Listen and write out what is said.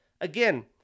Again